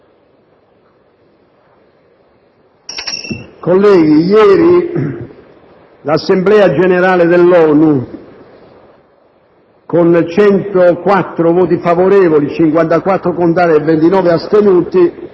colleghi, ieri l'Assemblea generale dell'ONU, con 104 voti favorevoli, 54 contrari e 29 astenuti,